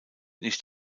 nicht